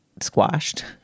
Squashed